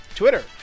Twitter